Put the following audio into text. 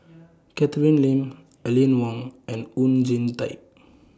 Catherine Lim Aline Wong and Oon Jin Teik